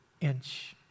inch